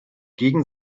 gegen